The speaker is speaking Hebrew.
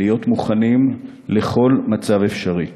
להיות מוכנים לכל מצב אפשרי.